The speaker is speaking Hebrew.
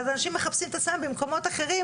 ואנשים מחפשים את עצמם במקומות אחרים,